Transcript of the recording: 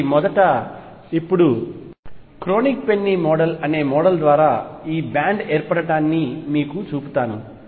కాబట్టి మొదట ఇప్పుడు క్రోనిగ్ పెన్నీ మోడల్ అనే మోడల్ ద్వారా ఈ బ్యాండ్ ఏర్పడటాన్ని మీకు చూపుతాను